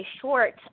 short